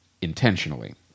intentionally